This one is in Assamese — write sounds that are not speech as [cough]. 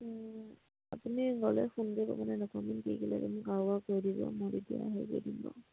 [unintelligible]